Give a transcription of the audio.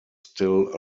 still